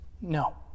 No